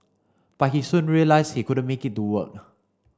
but he soon realised he could make it to work